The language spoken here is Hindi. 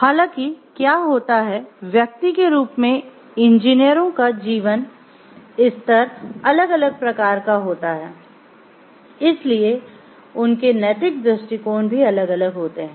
हालांकि क्या होता है व्यक्ति के रूप में इंजीनियरों का जीवन स्तर अलग अलग प्रकार का होता है इसलिए उनके नैतिक दृष्टिकोण भी अलग अलग होते है